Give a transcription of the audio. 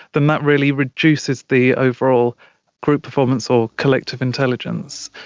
then that really reduces the overall group performance or collective intelligence.